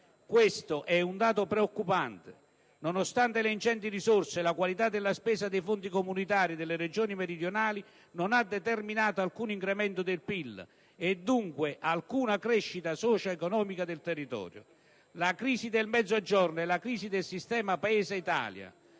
Questo è un dato preoccupante: nonostante le ingenti risorse, la qualità della spesa dei fondi comunitari delle Regioni meridionali non ha determinato alcun incremento del PIL e, dunque, alcuna crescita socio-economica del territorio. La crisi del Mezzogiorno è la crisi del sistema Paese Italia,